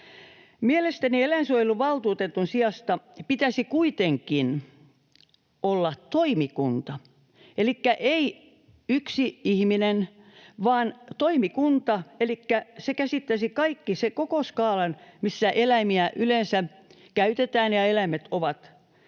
Mielestäni eläinsuojeluvaltuutetun sijasta pitäisi kuitenkin olla toimikunta, elikkä ei yksi ihminen vaan toimikunta. Se käsittäisi kaikki, sen koko skaalan, missä eläimiä yleensä käytetään ja eläimet ovat, ihan